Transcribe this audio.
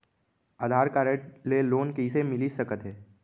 आधार card ले loan कइसे मिलिस सकत हे?